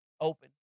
open